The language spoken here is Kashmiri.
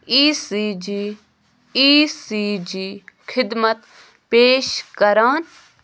E C G E C G خِدمت پیش کَران